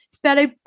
fellow